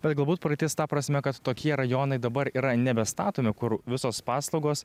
bet galbūt praeitis ta prasme kad tokie rajonai dabar yra nebestatomi kur visos paslaugos